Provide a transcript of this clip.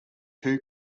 too